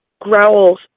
Growls